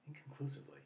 Inconclusively